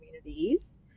communities